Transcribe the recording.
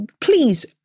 Please